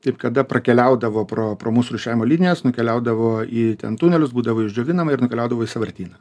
ir kada prakeliaudavo pro pro mūsų rūšiavimo linijas nukeliaudavo į ten tunelius būdavo išdžiovinama ir nukeliaudavo į sąvartyną